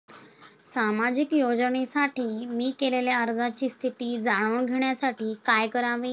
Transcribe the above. सामाजिक योजनेसाठी मी केलेल्या अर्जाची स्थिती जाणून घेण्यासाठी काय करावे?